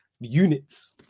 units